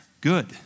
good